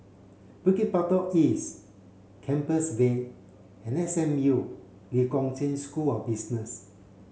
Bukit Batok East Compassvale and S M U Lee Kong Chian School of Business